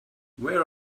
where